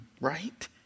right